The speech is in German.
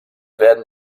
werden